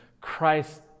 Christ